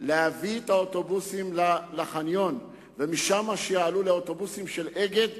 להביא את האוטובוסים לחניון ומשם יעלו לאוטובוסים של "אגד",